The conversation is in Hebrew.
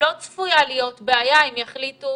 לא צפויה להיות בעיה אם יחליטו